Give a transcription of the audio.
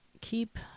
keep